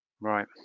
Right